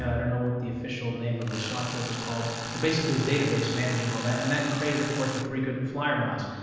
i don't know what the official name of the software was called, but basically the database managing all that. and that created, of course, the frequent flyer miles.